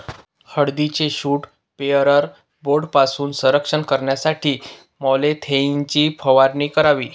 हळदीचे shoot borer बोर्डपासून संरक्षण करण्यासाठी मॅलाथोईनची फवारणी करावी